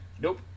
Nope